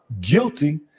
guilty